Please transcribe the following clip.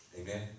Amen